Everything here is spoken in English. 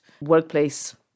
workplace